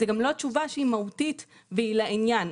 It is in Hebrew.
זו גם לא תשובה שהיא מהותית והיא לעניין.